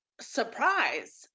surprise